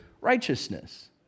righteousness